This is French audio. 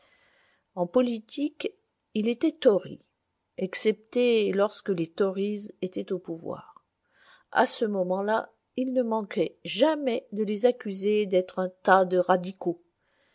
en politique il était tory excepté lorsque les tories étaient au pouvoir à ces moments-là il ne manquait jamais de les accuser d'être un tas de radicaux